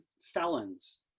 felons